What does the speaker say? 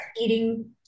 eating